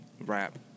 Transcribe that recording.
Rap